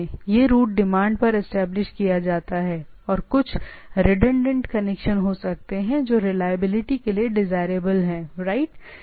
इसलिए यह रूट और प्रकार की चीजों को डिमांड पर इस्टैबलिश्ड किया जाता है और हालांकि कुछ रिडंडेंट कनेक्शन हो सकते हैं जो रिलायबिलिटी के लिए डिजायरेबल हैं राइट